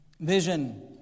Vision